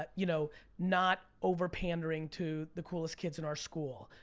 ah you know not overpandering to the coolest kids in our school,